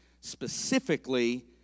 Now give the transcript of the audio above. specifically